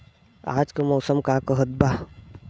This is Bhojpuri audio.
आज क मौसम का कहत बा?